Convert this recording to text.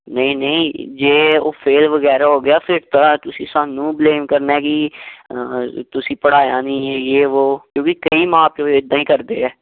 ਨਹੀਂ ਨਹੀਂ ਜੇ ਉਹ ਫੇਲ ਵਗੈਰਾ ਹੋ ਗਿਆ ਫਿਰ ਤਾਂ ਤੁਸੀਂ ਸਾਨੂੰ ਬਲੇਮ ਕਰਨਾ ਕਿ ਤੁਸੀਂ ਪੜ੍ਹਾਇਆ ਨਹੀਂ ਹੈ ਯੇ ਵੋ ਕਿਉਂਕਿ ਕਈ ਮਾਂ ਪਿਓ ਇੱਦਾਂ ਹੀ ਕਰਦੇ ਆ